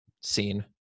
seen